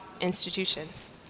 institutions